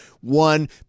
one